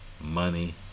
money